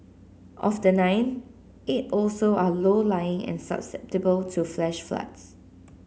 of the nine eight also are low lying and susceptible to flash floods